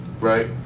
Right